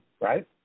right